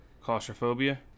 claustrophobia